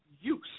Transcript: use